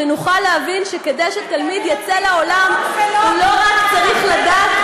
שנוכל להבין שכדי שתלמיד יצא לעולם הוא לא צריך לדעת